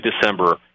December